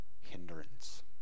hindrance